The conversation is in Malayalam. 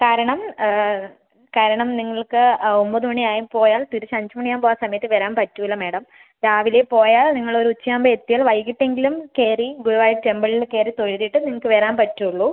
കാരണം കാരണം നിങ്ങൾക്ക് ആ ഒമ്പത് മണി ആയി പോയാൽ തിരിച്ച് അഞ്ച് മണി ആവുമ്പോൾ ആ സമയത്ത് വരാൻ പറ്റില്ല മാഡം രാവിലെ പോയാൽ നിങ്ങൾ ഒരു ഉച്ച ആവുമ്പം എത്തിയാൽ വൈകിട്ട് എങ്കിലും കയറി ഗുരുവായൂർ ടെംപിൾ കയറി തൊഴുതിട്ട് നിങ്ങൾക്ക് വരാൻ പറ്റുകയുള്ളൂ